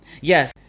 Yes